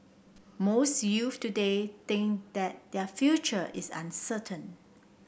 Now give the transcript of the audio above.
most youths today think that their future is uncertain